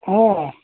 অঁ